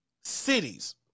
cities